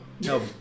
no